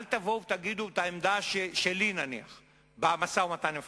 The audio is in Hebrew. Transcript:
אל תבואו ותגידו את העמדה שלי במשא-ומתן עם הפלסטינים,